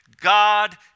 God